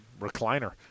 recliner